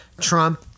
Trump